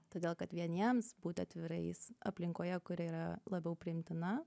todėl kad vieniems būti atvirais aplinkoje kuri yra labiau priimtina